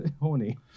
horny